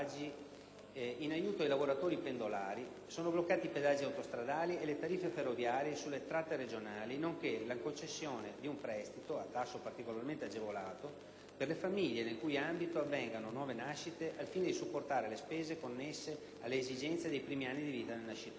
in aiuto ai lavoratori pendolari (sono bloccati i pedaggi autostradali e le tariffe ferroviarie sulle tratte regionali), nonché la concessione di un prestito (a tasso particolarmente agevolato) per le famiglie nel cui ambito avvengano nuove nascite, al fine di supportare le spese connesse alle esigenze dei primi anni di vita del nascituro.